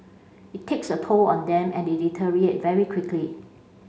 it takes a toll on them and they deteriorate very quickly